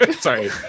sorry